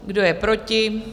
Kdo je proti?